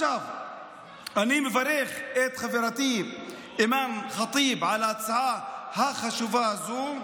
אני מברך את חברתי אימאן ח'טיב על ההצעה החשובה הזו.